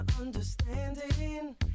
understanding